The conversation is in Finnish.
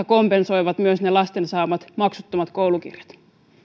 kompensoivat myös ne lasten saamat maksuttomat koulukirjat